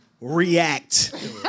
react